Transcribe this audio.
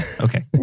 Okay